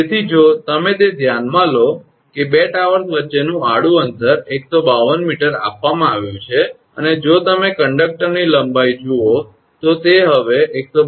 તેથી જો તમે તે ધ્યાનમાં લો કે બે ટાવર્સ વચ્ચેનું આડું અંતર 152 𝑚 આપવામાં આવ્યું છે અને જો તમે કંડક્ટરની લંબાઈ જુઓ તો તે હવે 152